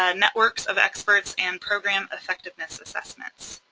ah networks of experts and program effectiveness assessments.